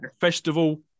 festival